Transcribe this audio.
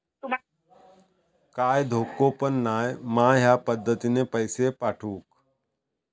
काय धोको पन नाय मा ह्या पद्धतीनं पैसे पाठउक?